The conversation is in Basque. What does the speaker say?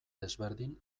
desberdin